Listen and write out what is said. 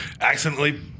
accidentally